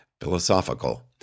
philosophical